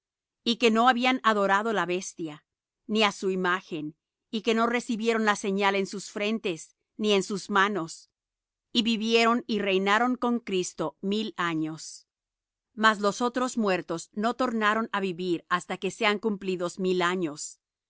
y que no habían adorado la bestia ni á su imagen y que no recibieron la señal en sus frentes ni en sus manos y vivieron y reinaron con cristo mil años mas los otros muertos no tornaron á vivir hasta que sean cumplidos mil años